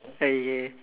okay